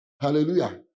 Hallelujah